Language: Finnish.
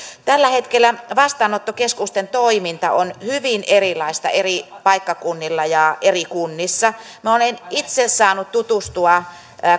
tällä hetkellä vastaanottokeskusten toiminta on hyvin erilaista eri paikkakunnilla ja eri kunnissa minä olen itse saanut tutustua